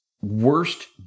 Worst